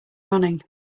running